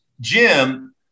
Jim